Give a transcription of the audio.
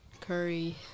Curry